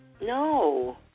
No